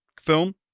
film